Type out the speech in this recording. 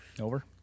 over